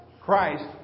Christ